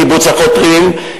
קיבוץ החותרים,